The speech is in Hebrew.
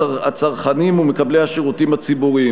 הצרכנים ומקבלי השירותים הציבוריים.